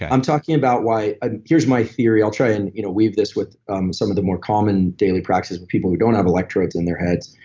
i'm talking about why, and here's my theory. i'll try and you know weave this with um some of the more common daily practices of but people who don't have electrodes in their heads.